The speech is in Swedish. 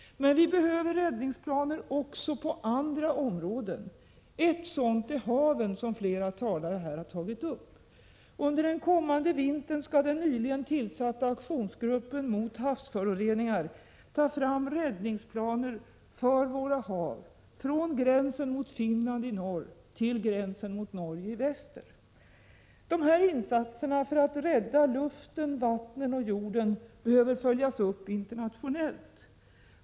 Men vi behöver räddningsplaner också på andra områden. Det gäller t.ex. haven, som flera talare här har nämnt. Under den kommande vintern skall den nyligen tillsatta ”Aktionsgruppen mot havsföroreningar” ta fram räddningsplaner för våra hav, från gränsen mot Finland i norr till gränsen mot Norge i väster. Dessa insatser för att rädda luften, vattnen och jorden behöver följas upp internationellt.